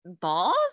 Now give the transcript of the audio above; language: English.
balls